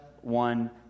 one